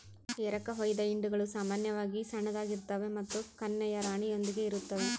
ಎರಕಹೊಯ್ದ ಹಿಂಡುಗಳು ಸಾಮಾನ್ಯವಾಗಿ ಸಣ್ಣದಾಗಿರ್ತವೆ ಮತ್ತು ಕನ್ಯೆಯ ರಾಣಿಯೊಂದಿಗೆ ಇರುತ್ತವೆ